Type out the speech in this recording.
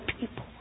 people